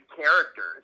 characters